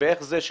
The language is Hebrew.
אנחנו